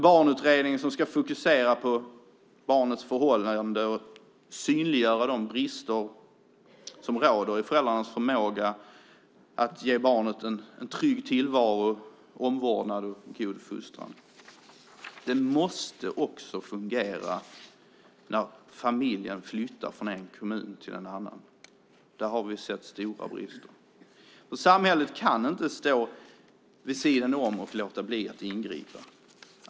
Barnutredningen ska fokusera på barnets förhållanden och synliggöra bristerna i föräldrarnas förmåga att ge barnet en trygg tillvaro, omvårdnad och god fostran. Det måste också fungera när familjen flyttar från en kommun till en annan. Där har vi sett stora brister. Samhället kan inte stå vid sidan om och låta bli att ingripa.